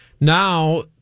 now